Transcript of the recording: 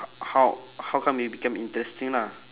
how how come it become interesting lah